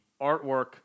artwork